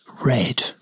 red